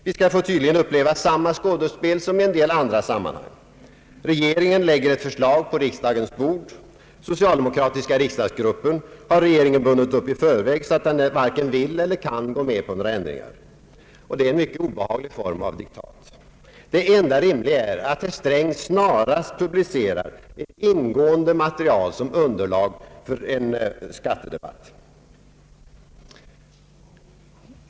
Vi skall tydligen få uppleva samma skådespel som i en del andra sammanhang. Regeringen lägger ett förslag på riksdagens bord. Socialdemokratiska riksdagsgruppen har regeringen bundit upp i förväg, så att den varken vill eller kan gå med på några ändringar. Och det är en mycket obehaglig form av diktat. Det enda rimliga är att herr Sträng snarast publicerar ett ingående material som underlag för en skattedebatt.